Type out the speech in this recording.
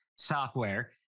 software